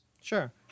Sure